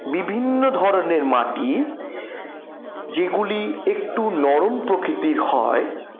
বিভিন্ন ধরণের মাটি যেগুলি একটু নরম প্রকৃতির হয়